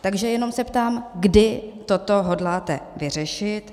Takže se jenom ptám, kdy toto hodláte vyřešit.